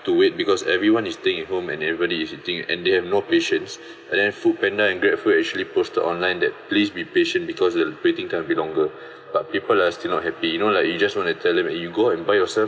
to wait because everyone is staying at home and everybody's eating and they have no patience but then foodpanda and grab food actually posted online that please be patient because the waiting time will be longer but people are still not happy you know like you just want to tell him you go and buy yourself